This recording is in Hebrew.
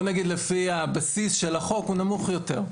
אלא לפי הבסיס של החוק שהוא נמוך יותר.